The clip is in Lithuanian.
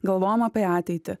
galvojam apie ateitį